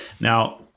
Now